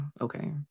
Okay